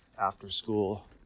after-school